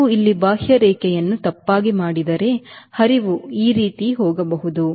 ನೀವು ಇಲ್ಲಿ ಬಾಹ್ಯರೇಖೆಯನ್ನು ತಪ್ಪಾಗಿ ಮಾಡಿದ್ದರೆ ಹರಿವು ಈ ರೀತಿ ಹೋಗಬಹುದು